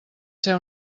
ser